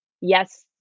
yes